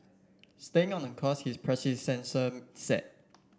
staying on the course his predecessor set